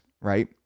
right